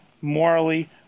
morally